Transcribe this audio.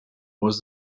was